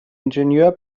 ingenieur